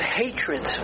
hatred